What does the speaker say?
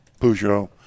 Peugeot